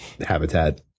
habitat